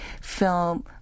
film